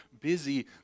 busy